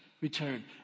return